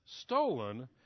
stolen